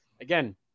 again